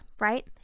right